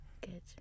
Good